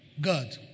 God